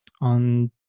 on